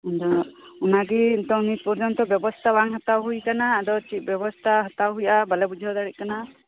ᱟᱫᱚ ᱚᱱᱟᱜᱮ ᱱᱤᱛ ᱯᱚᱨᱡᱚᱱᱛᱚ ᱵᱮᱵᱚᱥᱛᱟ ᱵᱟᱝ ᱦᱟᱛᱟᱣ ᱦᱩᱭ ᱠᱟᱱᱟ ᱟᱫᱚ ᱪᱮᱫ ᱵᱮᱵᱚᱥᱛᱟ ᱦᱟᱛᱟᱣ ᱦᱩᱭᱩᱜᱼᱟ ᱵᱟᱞᱮ ᱵᱩᱡᱷᱟᱹᱣ ᱫᱟᱲᱮᱭᱟᱜ ᱠᱟᱱᱟ